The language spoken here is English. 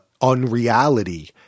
unreality